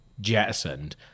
jettisoned